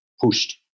pushed